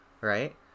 right